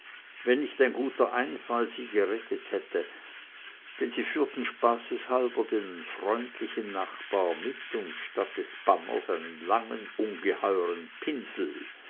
wenn nicht ein guter einfall sie gerettet hätte denn sie führten spaßeshalber den freundlichen nachbar mit sich und statt des banners einen langen ungeheuren pinsel